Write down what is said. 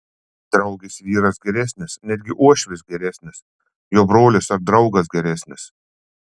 draugės vyras geresnis netgi uošvis geresnis jo brolis ar draugas geresnis